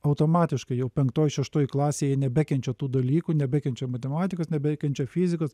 automatiškai jau penktoj šeštoj klasėj jie nebekenčia tų dalykų nebekenčia matematikos nebekenčia fizikos